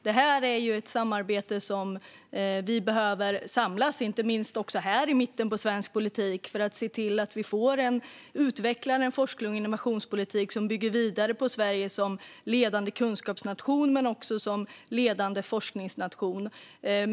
Det är ett arbete som vi behöver samlas kring, inte minst här i mitten av svensk politik, för att utveckla den forsknings och innovationspolitik som bygger på Sverige som ledande kunskaps och forskningsnation.